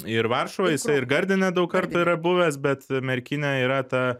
ir varšuvoj jisai ir gardine daug kartų yra buvęs bet merkinė yra ta